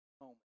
moment